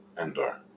Endor